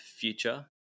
future